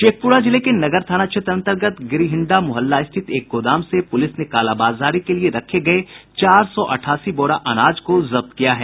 शेखपुरा जिले के नगर थाना क्षेत्र अंतर्गत गिरिहिंडा मुहल्ला स्थित एक गोदाम से पुलिस ने कालाबाजारी के लिये रखे गये चार सौ अठासी बोरा अनाज को जब्त किया है